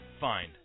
find